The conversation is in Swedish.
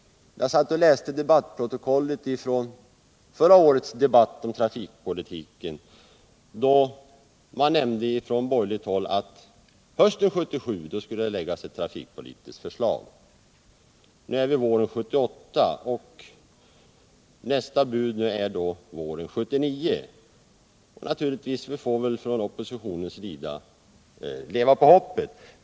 Jag har läst debattprotokollet från föregående års debatt om trafikpolitiken, då det från borgerligt håll nämndes att ett trafikpolitiskt förslag skulle framläggas hösten 1977. Nu är det våren 1978. Nästa bud är våren 1979. Naturligtvis får oppositionen fortsätta att leva på hoppet.